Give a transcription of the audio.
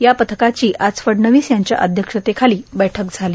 या पथकाची आज फडणवीस यांच्या अध्यक्षतेखाली बैठक झाली